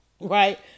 right